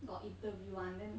got interview one then